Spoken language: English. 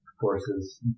forces